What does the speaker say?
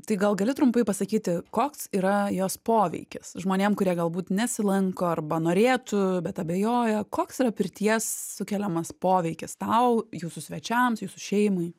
tai gal gali trumpai pasakyti koks yra jos poveikis žmonėm kurie galbūt nesilanko arba norėtų bet abejoja koks yra pirties sukeliamas poveikis tau jūsų svečiams jūsų šeimai